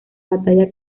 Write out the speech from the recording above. batalla